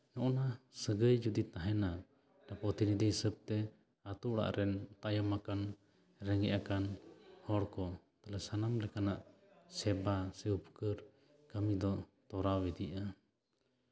ᱱᱚᱣᱟ ᱥᱟᱹᱜᱟᱹᱭ ᱡᱩᱫᱤ ᱛᱟᱦᱮᱱᱟ ᱯᱨᱚᱛᱤᱱᱤᱫᱷᱤ ᱦᱤᱥᱟᱹᱵ ᱛᱮ ᱟᱛᱳ ᱚᱲᱟᱜ ᱨᱮᱱ ᱛᱟᱭᱚᱢ ᱟᱠᱟᱱ ᱨᱮᱸᱜᱮᱡ ᱟᱠᱟᱱ ᱦᱚᱲᱠᱚ ᱛᱟᱦᱚᱞᱮ ᱥᱟᱱᱟᱢ ᱞᱮᱠᱟᱱᱟᱜ ᱥᱮᱵᱟ ᱥᱮ ᱩᱯᱠᱟᱹᱨ ᱠᱟᱹᱢᱤ ᱫᱚ ᱛᱚᱨᱟᱣ ᱤᱫᱤᱜᱼᱟ